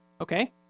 Okay